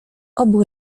obu